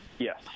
Yes